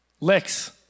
Licks